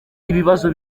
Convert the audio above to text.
ibibazo